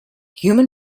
human